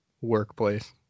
workplace